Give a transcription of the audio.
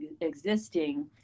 existing